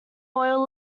oil